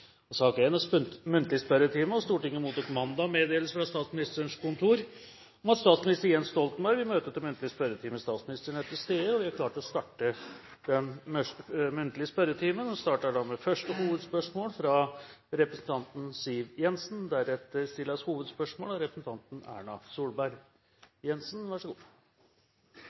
og meg selv vil jeg fremme forslag om en egen samferdselsstrategi for norsk reiseliv. Forslagene vil bli behandlet på reglementsmessig måte. Stortinget mottok mandag meddelelse fra Statsministerens kontor om at statsminister Jens Stoltenberg vil møte til muntlig spørretime. – Statsministeren er til stede, og vi er klare til å starte den muntlige spørretimen. Vi starter med første hovedspørsmål, fra representanten Siv Jensen.